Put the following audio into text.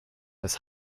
das